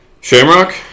Shamrock